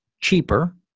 cheaper